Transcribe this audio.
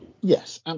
Yes